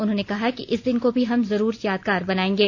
उन्होंने कहा कि इस दिन को भी हम जरूर यादगार बनायेंगे